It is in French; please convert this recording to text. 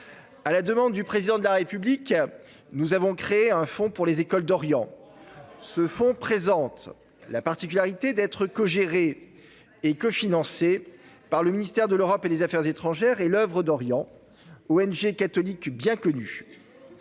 À la demande du Président de la République, nous avons créé un fonds pour les écoles d'Orient. Revenons à 1915 ! Il présente la particularité d'être cogéré et cofinancé par le ministère de l'Europe et des affaires étrangères et l'OEuvre d'Orient, organisation non